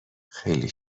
خیلی